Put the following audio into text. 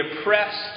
oppressed